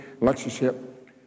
lectureship